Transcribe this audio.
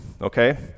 okay